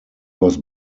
was